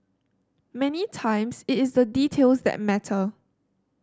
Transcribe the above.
many times it is the details that matter